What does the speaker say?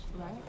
right